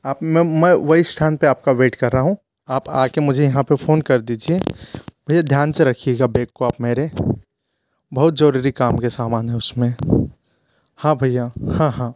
आप मैं मैं वही स्थान पे आपका वेट कर रहा हूँ आप आके मुझे यहाँ पे फोन कर दीजिए भईया ध्यान से रखिएगा बेग को आप मेरे बहुत जरूरी काम के सामान हैं उसमें हाँ भईया हाँ हाँ